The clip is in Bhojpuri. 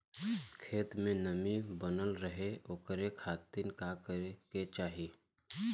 खेत में नमी बनल रहे ओकरे खाती का करे के चाही?